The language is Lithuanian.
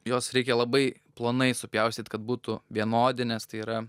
juos reikia labai plonai supjaustyt kad būtų vienodi nes tai yra